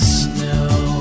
snow